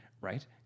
right